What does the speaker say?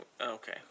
Okay